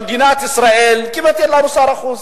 במדינת ישראל כמעט אין לנו שר החוץ.